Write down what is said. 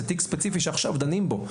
זה תיק ספציפי שעכשיו דנים בו.